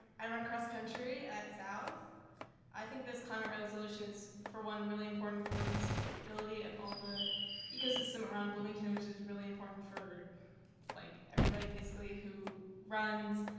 i run cross-country at south i think this kind of resolution is for one really important for the stability of all the ecosystem around bloomington, which is really important for like everybody basically who runs